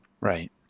Right